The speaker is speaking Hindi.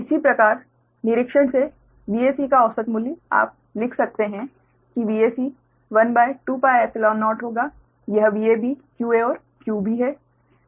इसी प्रकार निरीक्षण से Vac का औसत मूल्य आप लिख सकते हैं कि Vac 12πϵ0 होगा यह Vab qa और qb है